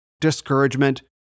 discouragement